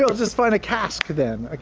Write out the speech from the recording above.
just find a cask then,